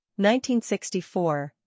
1964